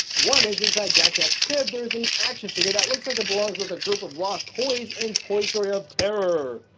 one is inside jack-jack's crib, there's an action figure that looks like it belongs with a group of lost toys in and toy story of terror.